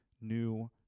new